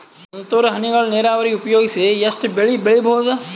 ತುಂತುರು ಹನಿಗಳ ನೀರಾವರಿ ಉಪಯೋಗಿಸಿ ಎಷ್ಟು ಬೆಳಿ ಬೆಳಿಬಹುದು?